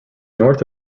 north